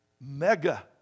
mega